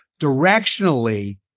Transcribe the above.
directionally